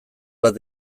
bat